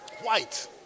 White